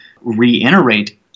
reiterate